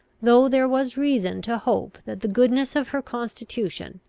though there was reason to hope that the goodness of her constitution,